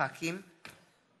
עבד אל חכים חאג'